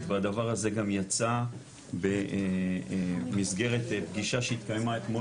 והדבר הזה גם יצא במסגרת פגישה שהתקיימה אתמול,